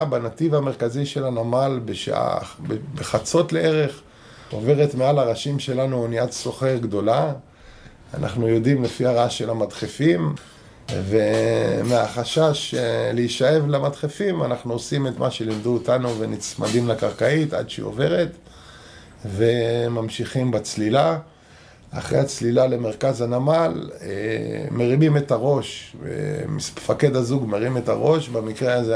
בנתיב המרכזי של הנמל בחצות לערך עוברת מעל הראשים שלנו אוניית סוחר גדולה אנחנו יודעים לפי הרעש של המדחפים ומהחשש להישאב למדחפים אנחנו עושים את מה שלימדו אותנו ונצמדים לקרקעית עד שהיא עוברת וממשיכים בצלילה אחרי הצלילה למרכז הנמל מרימים את הראש, מפקד הזוג מרים את הראש, במקרה הזה